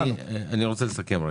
אני רוצה לסכם.